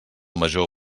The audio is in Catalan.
major